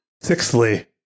Sixthly